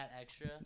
extra